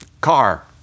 car